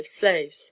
slaves